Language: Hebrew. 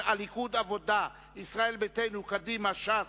העבודה, ישראל ביתנו, קדימה, ש"ס,